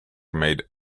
made